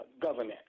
government